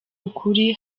ukuri